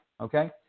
okay